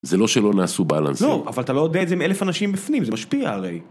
זה לא שלא נעשו בלנסים. לא, אבל אתה לא יודע את זה עם אלף אנשים בפנים, זה משפיע הרי.